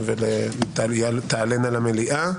ותעלינה למליאה.